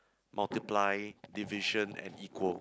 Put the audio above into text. multiply division and equal